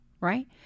Right